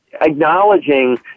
acknowledging